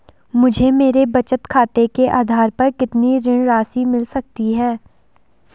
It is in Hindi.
मुझे मेरे बचत खाते के आधार पर कितनी ऋण राशि मिल सकती है?